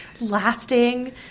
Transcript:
lasting